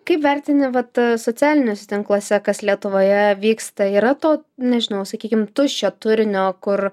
kaip vertini vat socialiniuose tinkluose kas lietuvoje vyksta yra to nežinau sakykim tuščio turinio kur